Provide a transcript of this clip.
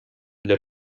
для